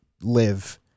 live